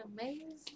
amazing